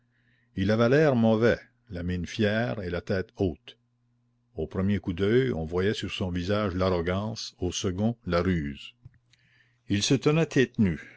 il avait l'air mauvais la mine fière et la tête haute au premier coup d'oeil on voyait sur son visage l'arrogance au second la ruse il se tenait